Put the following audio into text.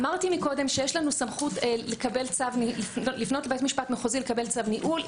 אמרתי שיש לנו סמכות לפנות לבית משפט מחוזי לקבל צו ניהול.